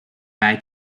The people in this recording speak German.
bei